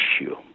issue